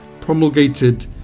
promulgated